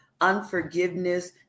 unforgiveness